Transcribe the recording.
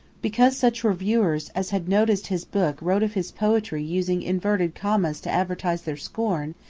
because such reviewers as had noticed his book wrote of his poetry using inverted commas to advertise their scorn,